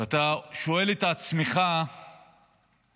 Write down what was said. אתה שואל את עצמך למה